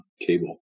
cable